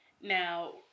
Now